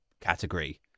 category